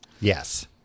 Yes